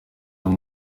buri